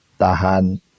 Tahan